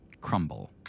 crumble